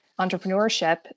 entrepreneurship